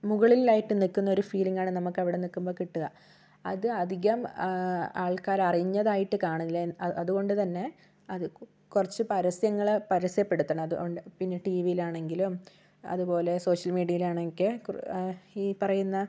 മുകളിലായിട്ട് നിക്കൊന്നൊരു ഫീലിങ്ങാണ് നമുക്കവിടെ നിൽക്കുമ്പോൾ കിട്ടുക അത് അധികം ആ ആൾക്കാര് അറിഞ്ഞതായിട്ടത് കാണില്ല അതുകൊണ്ട് തന്നെ അത് കുറച്ചു പരസ്യങ്ങള് പരസ്യപ്പെടുത്തണം അതുകൊണ്ട് പിന്നെ ടി വിയിലാണെങ്കിലും അതുപോലെ സോഷ്യൽ മീഡിയയിലാണെങ്കിൽ ഈ പറയുന്ന